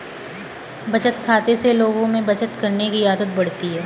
बचत खाते से लोगों में बचत करने की आदत बढ़ती है